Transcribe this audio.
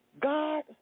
God